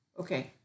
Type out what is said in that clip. Okay